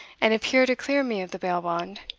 and appear to clear me of the bail-bond,